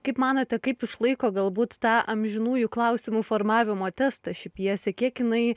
kaip manote kaip išlaiko galbūt tą amžinųjų klausimų formavimo testą ši pjesė kiek jinai